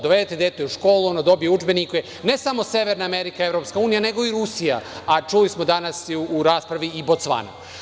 Dovedete dete u školu, dobije udžbenike, ne samo severna Amerika, EU, nego i Rusija, a čuli smo danas u raspravi i Bocvana.